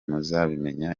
muzabimenya